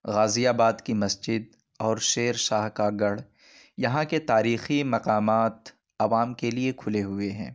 غازی آباد کی مسجد اور شیر شاہ کا گڑھ یہاں کے تاریخی مقامات عوام کے لیے کھلے ہوئے ہیں